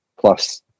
plus